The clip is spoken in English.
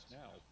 now